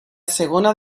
segona